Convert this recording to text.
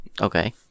Okay